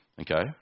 Okay